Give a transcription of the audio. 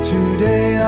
Today